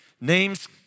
Name's